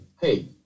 hey